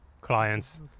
clients